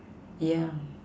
yeah